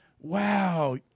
wow